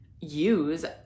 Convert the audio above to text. Use